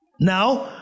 Now